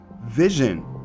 Vision